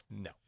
no